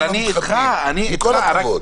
אני מבקש,